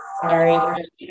Sorry